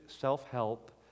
self-help